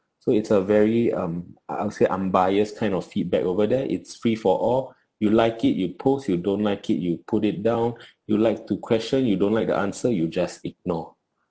so it's a very um I'll say unbiased kind of feedback over there it's free for all you like it you post you don't like it you put it down you like to question you don't like the answer you just ignore